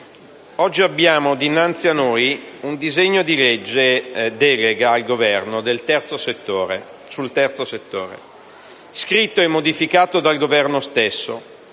oggi abbiamo dinanzi a noi un disegno di legge delega al Governo sul terzo settore, scritto e modificato dal Governo stesso.